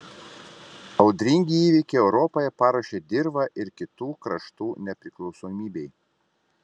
audringi įvykiai europoje paruošė dirvą ir kitų kraštų nepriklausomybei